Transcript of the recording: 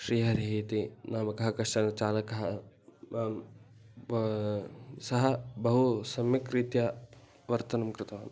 श्रीहरिः इति नामकः कश्चनः चालकः ब् सः बहु सम्यक्रीत्या वर्तनं कृतवान्